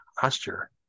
posture